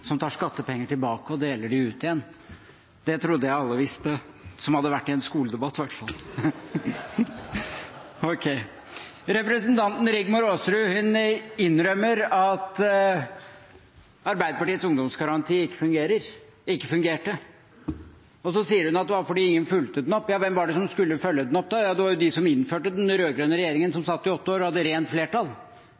som tar skattepengene tilbake og deler dem ut igjen. Det trodde jeg alle visste, iallfall alle som har vært i en skoledebatt. Representanten Rigmor Aasrud innrømmer at Arbeiderpartiets ungdomsgaranti ikke fungerte. Men så sa hun at det var fordi ingen fulgte den opp. Hvem var det som skulle følge den opp? De som innførte den: den rød-grønne regjeringen, som